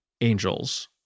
angels